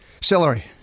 Celery